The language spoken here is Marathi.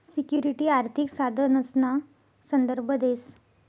सिक्युरिटी आर्थिक साधनसना संदर्भ देस